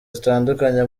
zitandukanye